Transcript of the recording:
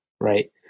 right